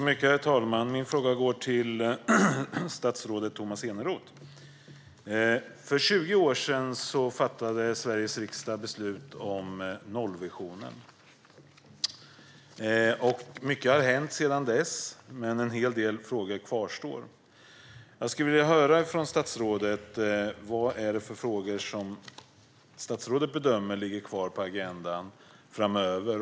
Herr talman! Min fråga går till statsrådet Tomas Eneroth. För 20 år sedan fattade Sveriges riksdag beslut om nollvisionen. Mycket har hänt sedan dess. Men en hel del frågor kvarstår. Vilka frågor ligger kvar på agendan?